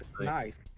Nice